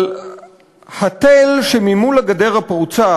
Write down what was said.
על התל שממול לגדר הפרוצה,